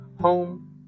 Home